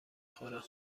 خورم